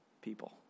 people